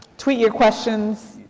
tweet your questions.